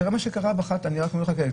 תראה מה שקרה בחד פעמי.